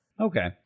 Okay